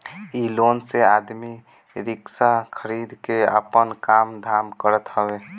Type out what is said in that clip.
इ लोन से आदमी रिक्शा खरीद के आपन काम धाम करत हवे